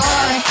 Boy